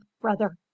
brother